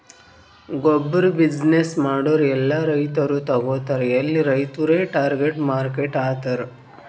ಗೊಬ್ಬುರ್ ಬಿಸಿನ್ನೆಸ್ ಮಾಡೂರ್ ಎಲ್ಲಾ ರೈತರು ತಗೋತಾರ್ ಎಲ್ಲಿ ರೈತುರೇ ಟಾರ್ಗೆಟ್ ಮಾರ್ಕೆಟ್ ಆತರ್